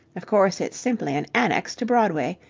of course, it's simply an annex to broadway.